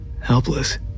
helpless